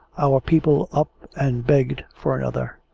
our people up and begged for another.